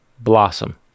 blossom